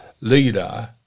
leader